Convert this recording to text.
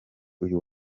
uyu